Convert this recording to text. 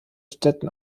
städten